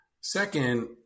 Second